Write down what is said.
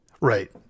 Right